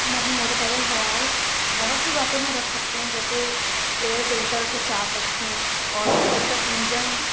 ہم اپنی motorcycle خیال بہت سی باتوں میں رکھ سکتے ہیں جیسے ایئر فلٹر کو صاف رکھیں اور اُس کا انجن